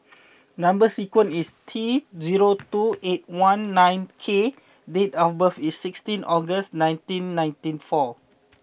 number sequence is T zero two eight one nine K date of birth is sixteen August nineteen ninety four